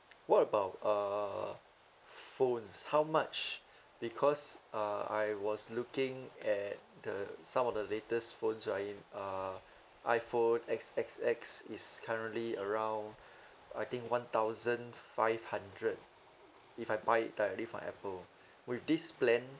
what about uh phones how much because uh I was looking at uh some of the latest phones right uh iphone X X X is currently around I think one thousand five hundred if I buy it directly from apple with this plan